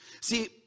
See